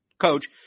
coach